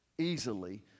easily